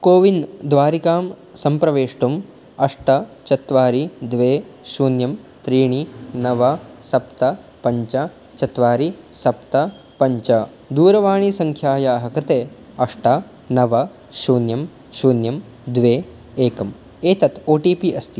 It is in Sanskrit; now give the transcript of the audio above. कोविन् द्वारिकां सम्प्रवेष्टुम् अष्ट चत्वारि द्वे शून्यं त्रीणि नव सप्त पञ्च चत्वारि सप्त पञ्च दूरवाणीसङ्ख्यायाः कृते अष्ट नव शून्यं शून्यं द्वे एकम् एतत् ओ टि पि अस्ति